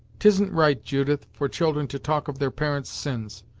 tisn't right, judith, for children to talk of their parents' sins.